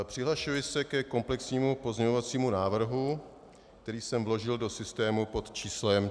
Přihlašuji se ke komplexnímu pozměňovacímu návrhu, který jsem vložil do systému pod číslem 4928.